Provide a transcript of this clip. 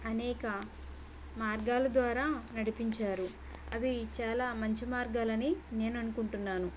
అనేక మార్గాల ద్వారా నడిపించారు అవి చాలా మంచి మార్గాలని నేను అనుకుంటున్నాను